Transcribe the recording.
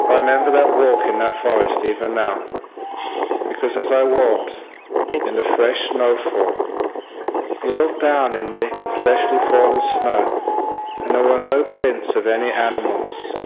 remember that walk in that forest even now because as i walked in the fresh snow fall you look down in the freshly fallen snow and there were no prints of any animals,